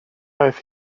aeth